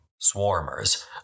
swarmers